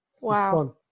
Wow